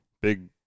big